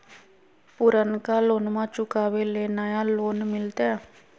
पुर्नका लोनमा चुकाबे ले नया लोन मिलते?